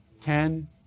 ten